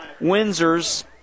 Windsor's